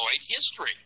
history